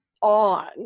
on